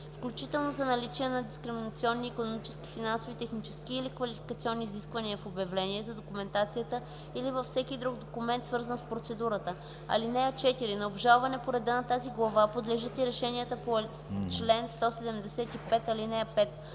включително за наличие на дискриминационни икономически, финансови, технически или квалификационни изисквания в обявлението, документацията или във всеки друг документ, свързан с процедурата. (4) На обжалване по реда на тази глава подлежат и решенията по чл. 175, ал. 5.